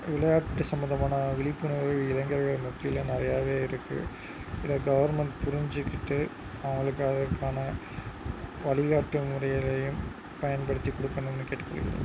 விளையாட்டு சம்பந்தமான விழிப்புணர்வு இளைஞர் மத்தியில் நிறையாவே இருக்குது இதை கவெர்மென்ட் புரிஞ்சுகிட்டு அவர்களுக்கு அதுக்கான வழிகாட்டு முறைகளையும் பயன்படுத்தி கொடுக்கணும்னு கேட்டுக் கொள்கிறோம்